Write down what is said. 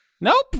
Nope